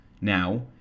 Now